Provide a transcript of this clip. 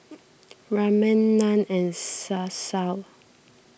Ramen Naan and Salsa